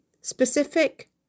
Specific